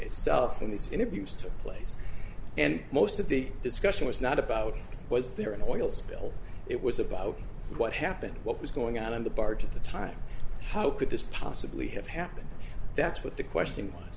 itself in these interviews took place and most of the discussion was not about was there an oil spill it was about what happened what was going out on the barge at the time how could this possibly have happened that's what the question was